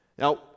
Now